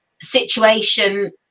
situation